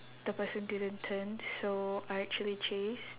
the person didn't turn so I actually chased